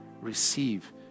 Receive